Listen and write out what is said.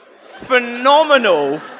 phenomenal